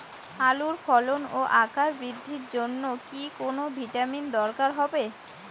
আলুর ফলন ও আকার বৃদ্ধির জন্য কি কোনো ভিটামিন দরকার হবে?